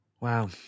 Wow